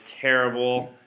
terrible